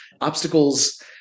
Obstacles